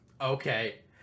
okay